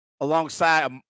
alongside